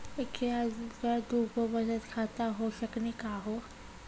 एके आदमी के दू गो बचत खाता हो सकनी का हो?